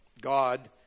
God